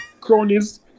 cronies